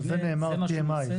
על זה נאמר TMI,